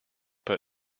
but